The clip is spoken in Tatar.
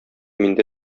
миндә